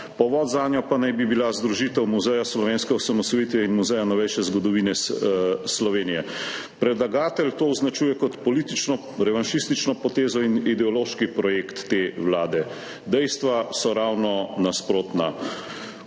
povod zanjo pa naj bi bila združitev Muzeja slovenske osamosvojitve in Muzeja novejše zgodovine Slovenije. Predlagatelj to označuje kot politično, revanšistično potezo in ideološki projekt te vlade. Dejstva so ravno nasprotna.